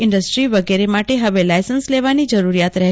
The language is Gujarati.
ઇન્ડસ્ટ્રી વગેરે માટે હવે લાઇસન્સ લેવાની જરૂરિયાત રહેશે નહી